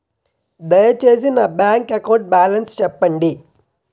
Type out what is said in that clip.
దయచేసి నా bank account balance చెప్పండి